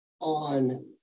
on